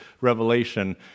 Revelation